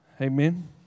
Amen